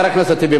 חבר הכנסת טיבי,